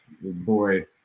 boy